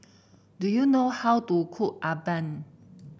do you know how to cook Appam